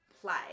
play